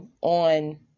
on